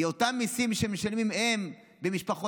כי אותם מיסים שמשלמים הם ומשפחותיהם,